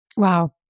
Wow